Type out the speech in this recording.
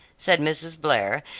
said mrs. blair,